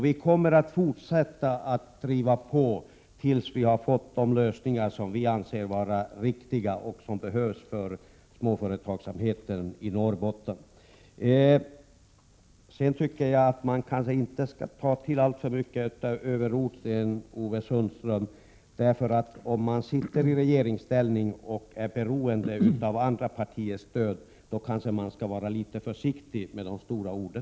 Vi kommer att fortsätta att driva på tills vi får de lösningar vi anser vara riktiga och som behövs för småföretagsamheten i Norrbotten. Man skall kanske inte ta till alltför mycket av överord, Sten-Ove Sundström. Om man sitter i regeringsställning och är beroende av andra partiers stöd skall man kanske vara litet försiktig med de stora orden.